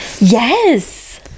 yes